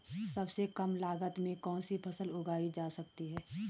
सबसे कम लागत में कौन सी फसल उगाई जा सकती है